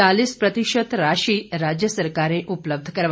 चालीस प्रतिशत राशि राज्य सरकारें उपलब्ध करायेंगी